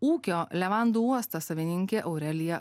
ūkio levandų uosto savininkė aurelija